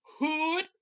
Hood